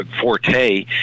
forte